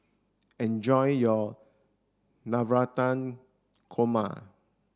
enjoy your Navratan Korma